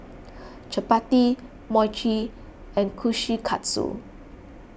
Chapati Mochi and Kushikatsu